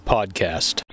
Podcast